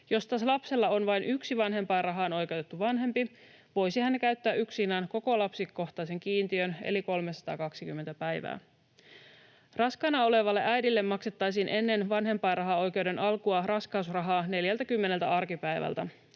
Jos taas lapsella on vain yksi vanhempainrahaan oikeutettu vanhempi, voisi hän käyttää yksinään koko lapsikohtaisen kiintiön eli 320 päivää. Raskaana olevalle äidille maksettaisiin ennen vanhempainrahaoikeuden alkua raskausrahaa 40 arkipäivältä.